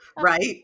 Right